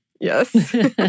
Yes